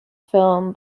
film